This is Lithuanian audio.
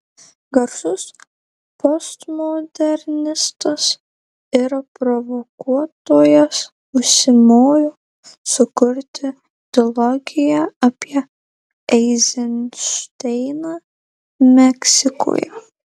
garsus postmodernistas ir provokuotojas užsimojo sukurti dilogiją apie eizenšteiną meksikoje